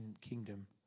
kingdom